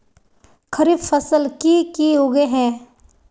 खरीफ फसल की की उगैहे?